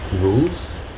rules